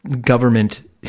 government